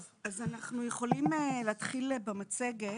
13:09) אנחנו יכולים להתחיל במצגת,